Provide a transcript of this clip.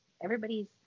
everybody's